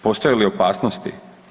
Postoje li opasnosti?